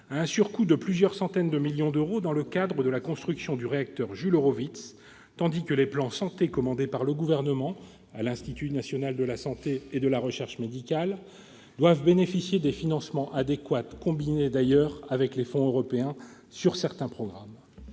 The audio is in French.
à un surcoût de plusieurs centaines de millions d'euros dans le cadre de la construction du réacteur Jules Horowitz, tandis que les plans Santé commandés par le Gouvernement à l'Institut national de la santé et de la recherche médicale, l'INSERM, doivent bénéficier des financements adéquats, combinés, d'ailleurs, avec les fonds européens sur certains programmes.